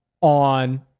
on